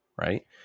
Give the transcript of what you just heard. right